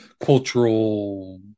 cultural